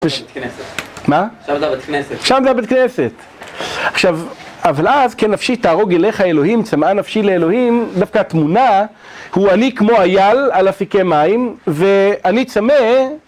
ש. בית כנסת. מה? שם זה הבית כנסת! שם זה הבית כנסת, עכשיו. אבל אז כנפשי תערוג אליך אלוהים, צמאה נפשי לאלוהים, דווקא התמונה הוא אני כמו אייל על אפיקי מים, ואני צמא